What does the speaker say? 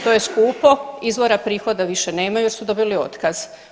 To je skupo, izvora prihoda više nemaju jer su dobili otkaz.